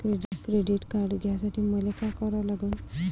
Credit card घ्यासाठी मले का करा लागन?